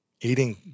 eating